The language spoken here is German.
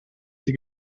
die